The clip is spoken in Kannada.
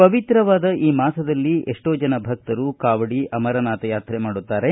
ಪವಿತ್ರವಾದ ಈ ಮಾಸದಲ್ಲಿ ಏಷ್ಲೋ ಜನ ಭಕ್ತರು ಕಾವಡಿ ಅಮರನಾಥ ಯಾತ್ರೆ ಮಾಡುತ್ತಾರೆ